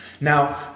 Now